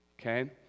okay